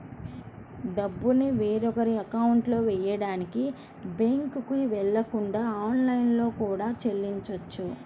డబ్బుని వేరొకరి అకౌంట్లో వెయ్యడానికి బ్యేంకుకి వెళ్ళకుండా ఆన్లైన్లో కూడా చెల్లించొచ్చు